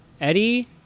Eddie